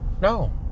no